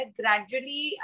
gradually